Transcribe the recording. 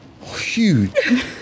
huge